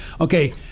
Okay